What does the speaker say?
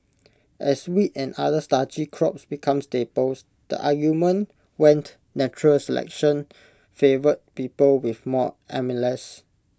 as wheat and other starchy crops became staples the argument went natural selection favoured people with more amylase